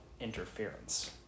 interference